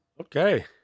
Okay